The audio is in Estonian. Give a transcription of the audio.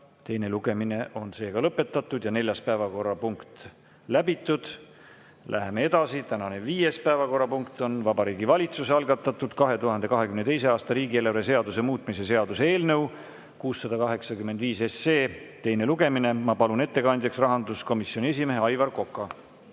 Teine lugemine on lõpetatud ja neljas päevakorrapunkt läbitud. Läheme edasi. Tänane viies päevakorrapunkt on Vabariigi Valitsuse algatatud 2022. aasta riigieelarve seaduse muutmise seaduse eelnõu 685 teine lugemine. Ma palun ettekandjaks rahanduskomisjoni esimehe Aivar Koka.